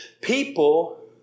People